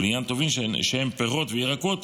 ולעניין טובין שהם פירות וירקות,